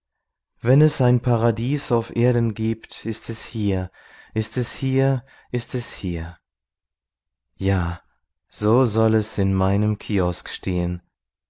wenn es ein paradies auf erden gibt ist es hier ist es hier ist es hier ja so soll es in meinem kiosk stehen